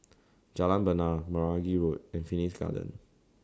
Jalan Bena Meragi Road and Phoenix Garden